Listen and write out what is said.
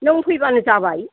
नों फैबानो जाबाय